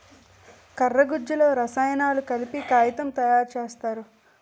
కర్ర గుజ్జులో రసాయనాలు కలిపి కాగితం తయారు సేత్తారు